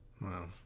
Wow